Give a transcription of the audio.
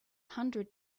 hundred